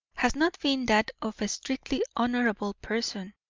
has not been that of a strictly honourable person.